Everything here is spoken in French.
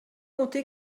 compter